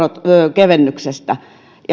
kevennyksestä